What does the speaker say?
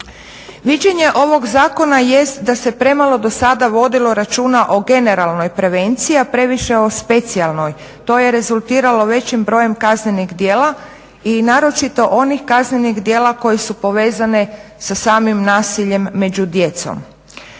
Viđenje ovog zakona jest da se premalo do sada vodilo računa o generalnoj prevenciji, a previše o specijalnoj. To je rezultiralo većim brojem kaznenih djela i naročito onih kaznenih djela koja su povezana sa samim nasiljem među djecom.